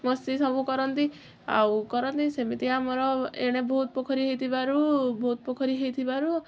ମସ୍ତି ସବୁ କରନ୍ତି ଆଉ କରନ୍ତି ସେମିତି ଆମର ଏଣେ ବହୁତ ପୋଖରୀ ହେଇଥିବାରୁ ବହୁତ ପୋଖରୀ ହେଇଥିବାରୁ